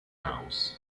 house